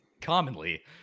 commonly –